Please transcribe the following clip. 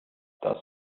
does